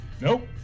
Nope